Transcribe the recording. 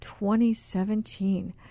2017